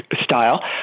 style